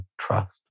trust